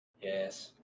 Yes